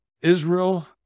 Israel